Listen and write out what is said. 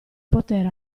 poter